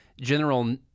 general